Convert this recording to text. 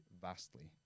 vastly